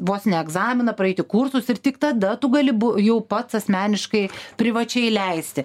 vos ne egzaminą praeiti kursus ir tik tada tu gali jau pats asmeniškai privačiai leisti